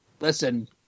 Listen